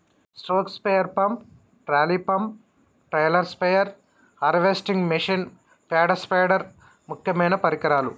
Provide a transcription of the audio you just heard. stroke sprayer pump, trolley pump, trailer spare, harvesting machine, పేడ spider ముక్యమైన పరికరాలు